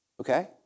Okay